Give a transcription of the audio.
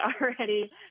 already